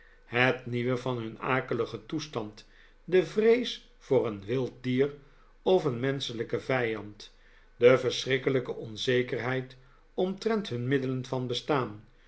het nieuwe van hun akeligen toestand de vrees voor een wild dier of een menschelijken vijand de verschrikkelijke onzekerheid omtrent hun middeleen van bestaan